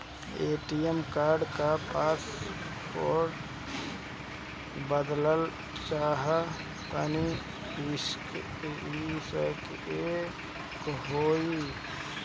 ATM card क password बदलल चाहा तानि कइसे होई?